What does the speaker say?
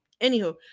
anywho